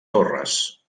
torres